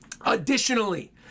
additionally